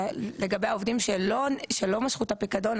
לגבי העובדים שלא משכו את הפיקדון,